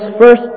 first